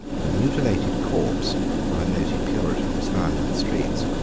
the mutilated corpse of a noted puritan was found in the streets.